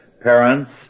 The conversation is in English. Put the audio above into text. parents